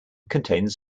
contains